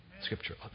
Scripture